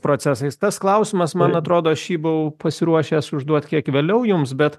procesais tas klausimas man atrodo aš jį buvau pasiruošęs užduoti kiek vėliau jums bet